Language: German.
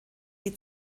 die